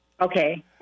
Okay